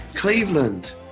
Cleveland